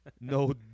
No